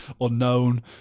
unknown